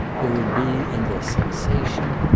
there would be in the sensation,